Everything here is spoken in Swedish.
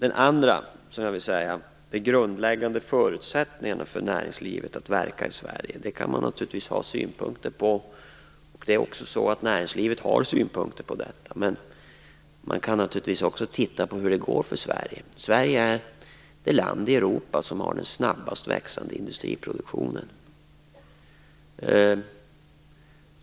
Man kan naturligtvis ha synpunkter på de grundläggande förutsättningarna för näringslivet att verka i Sverige, och näringslivet har också synpunkter på detta, men man kan naturligtvis också titta på hur det går för Sverige. Sverige är det land i Europa som har den snabbast växande industriproduktionen.